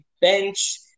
bench